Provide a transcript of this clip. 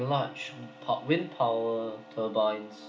the large pow~ wind power turbines